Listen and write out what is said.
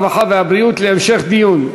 הרווחה והבריאות להמשך דיון.